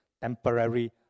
temporary